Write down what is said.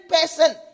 person